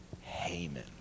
Haman